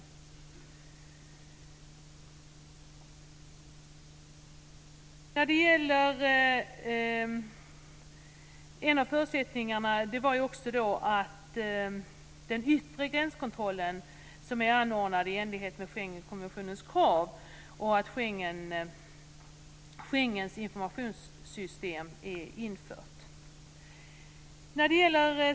En av förutsättningarna var att den yttre gränskontrollen, som är anordnad i enlighet med Schengenkonventionens krav, och Schengens informationssystem är infört.